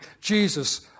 Jesus